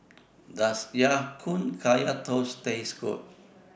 Does Ya Kun Kaya Toast Taste Good